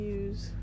use